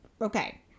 Okay